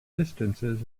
distances